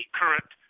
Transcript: current